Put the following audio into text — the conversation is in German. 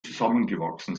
zusammengewachsen